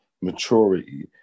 maturity